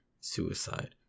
suicide